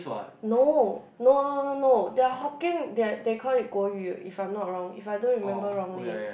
no no no no no their Hokkien their they call it 国语 if I'm not wrong if I don't remember it wrongly